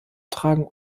tragen